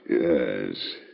Yes